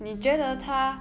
mm